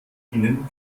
ihnen